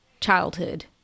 childhood